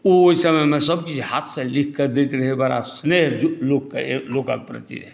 ओ ओहि समयमे सभकिछु हाथसँ लिखिके दैत रहै बड़ा स्नेह लोकके लोकक प्रति रहै